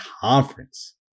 conference